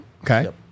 Okay